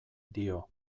dio